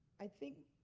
i think